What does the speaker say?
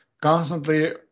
constantly